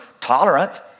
tolerant